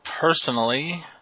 personally